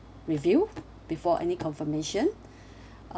review before any confirmation